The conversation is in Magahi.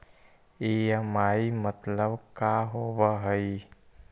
ई.एम.आई मतलब का होब हइ?